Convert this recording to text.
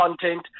content